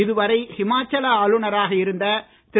இதுவரை ஹிமாச்சல ஆளுநராக இருந்த திரு